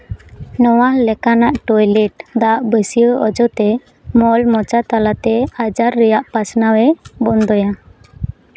ᱱᱚᱣᱟ ᱞᱮᱠᱟᱱᱟᱜ ᱴᱚᱭᱞᱮᱴ ᱫᱟᱜ ᱵᱟᱹᱥᱭᱟᱹᱣ ᱚᱡᱚᱛᱮ ᱢᱚᱞ ᱢᱚᱪᱟ ᱛᱟᱞᱟᱛᱮ ᱟᱡᱟᱨ ᱨᱮᱭᱟᱜ ᱯᱟᱥᱱᱟᱣᱮ ᱵᱚᱱᱫᱚᱭᱟ